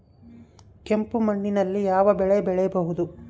ಕೆಂಪು ಮಣ್ಣಿನಲ್ಲಿ ಯಾವ ಬೆಳೆ ಬೆಳೆಯಬಹುದು?